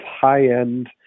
high-end